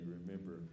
Remember